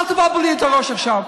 איך זה קשור לבעיה?